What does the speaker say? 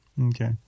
Okay